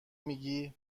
میگی